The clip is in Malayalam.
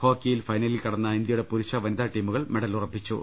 ഹോക്കിയിൽ ഫൈനലിൽ കടന്ന ഇന്ത്യയുടെ പുരുഷ വനിതാ ടീമുകൾ മെഡൽ ഉറപ്പിച്ചു